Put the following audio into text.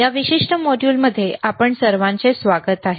या विशिष्ट मॉड्यूलसाठी आपणा सर्वांचे स्वागत आहे